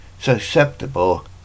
susceptible